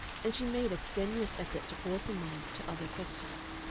and she made a strenuous effort to force her mind to other questions.